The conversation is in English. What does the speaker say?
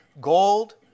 gold